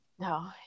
No